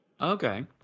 Okay